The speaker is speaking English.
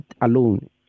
alone